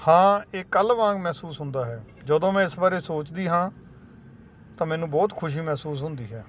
ਹਾਂ ਇਹ ਕੱਲ੍ਹ ਵਾਂਗ ਮਹਿਸੂਸ ਹੁੰਦਾ ਹੈ ਜਦੋਂ ਮੈਂ ਇਸ ਬਾਰੇ ਸੋਚਦੀ ਹਾਂ ਤਾਂ ਮੈਨੂੰ ਬਹੁਤ ਖੁਸ਼ੀ ਮਹਿਸੂਸ ਹੁੰਦੀ ਹੈ